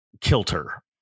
kilter